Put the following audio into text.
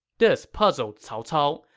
this puzzled cao cao,